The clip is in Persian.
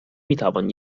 میتوان